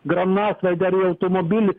granatsvaidį ar į automobilį